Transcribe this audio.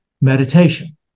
meditation